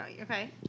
Okay